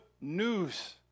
news